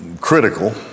critical